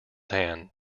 hand